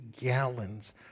gallons